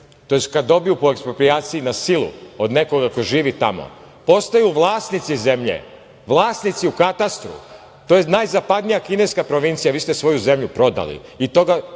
to jest kad dobiju po eksproprijaciji na silu od nekoga ko živi tamo, postaju vlasnici zemlje, vlasnici u katastru. To je najzapadnija kineska provincija, vi ste svoju zemlju prodali